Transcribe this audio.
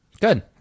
Good